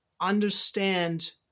understand